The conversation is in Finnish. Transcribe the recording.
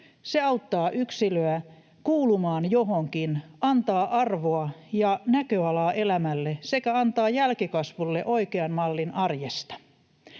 Se auttaa yksilöä kuulumaan johonkin, antaa arvoa ja näköalaa elämälle sekä antaa jälkikasvulle oikean mallin arjesta.